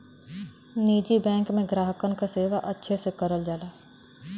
निजी बैंक में ग्राहकन क सेवा अच्छे से करल जाला